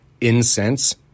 incense